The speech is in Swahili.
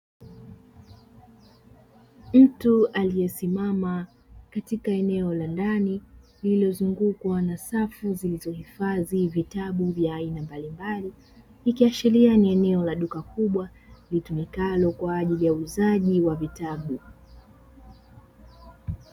Mtu aliyesimama katika eneo la ndani lililozungukwa na safu zilizohifadhi vitabu vya aina mbalimbali, ikiashiria ni eneo la duka kubwa litumikalo kwa ajili ya uuzaji wa vitabu.